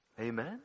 Amen